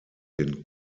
den